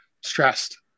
stressed